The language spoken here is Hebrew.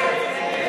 ריבית